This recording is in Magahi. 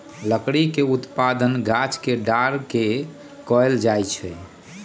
लकड़ी के उत्पादन गाछ के डार के कएल जाइ छइ